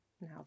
now